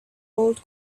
gold